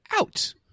Out